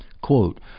Quote